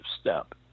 step